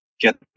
get